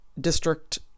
district